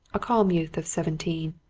a calm youth of seventeen.